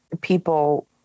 people